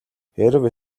хэрэв